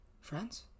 Friends